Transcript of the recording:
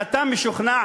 שואל.